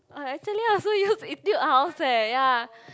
I actually also use Etude-House eh ya